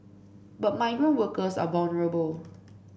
but migrant workers are vulnerable